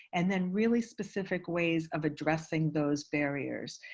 and then really specific ways of addressing those barriers.